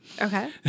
Okay